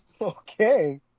okay